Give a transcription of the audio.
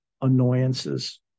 annoyances